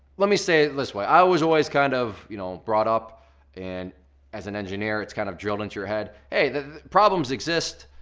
let me say it this way, i was always kind of you know brought up and as an engineer it's kind of drilled into your head, hey problems exist.